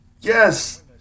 Yes